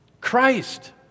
Christ